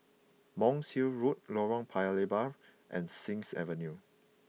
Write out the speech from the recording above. Monk's Hill Road Lorong Paya Lebar and Sings Avenue